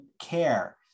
care